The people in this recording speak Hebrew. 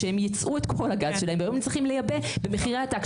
שהם ייצאו את כל הגז שלהם והיום הם צריכים לייבא במחירי עתק.